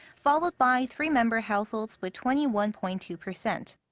followed by three-member households with twenty one point two percent.